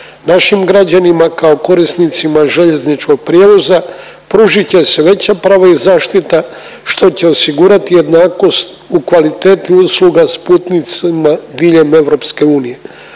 Našim građanima kao korisnicima željezničkog prijevoza pružit će se veća pravo i zaštita što će osigurati jednakost u kvaliteti usluga s putnicima diljem EU. Ovaj